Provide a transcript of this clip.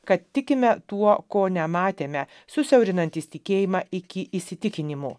kad tikime tuo ko nematėme susiaurinantys tikėjimą iki įsitikinimo